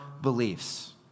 beliefs